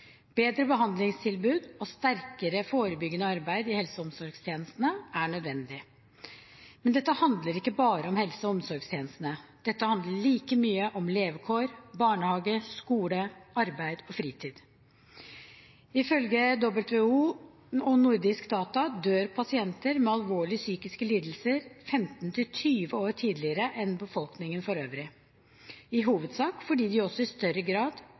Bedre behandlingstilbud og sterkere forebyggende arbeid i helse- og omsorgstjenestene er nødvendig. Men dette handler ikke bare om helse- og omsorgstjenestene. Dette handler like mye om levekår, barnehage, skole, arbeid og fritid. Ifølge WHO og nordiske data dør pasienter med alvorlige psykiske lidelser 15–20 år tidligere enn befolkningen for øvrig, i hovedsak fordi de også i større grad